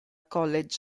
college